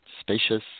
spacious